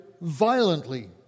violently